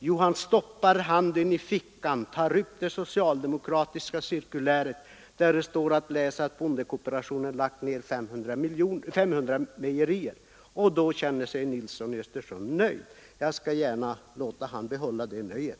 Jo, han stoppar handen i fickan och tar upp det socialdemokratiska cirkuläret, där det står att bondekooperationen lagt ned 500 mejerier. Då känner sig herr Nilsson nöjd. Jag skall gärna låta honom behålla det nöjet.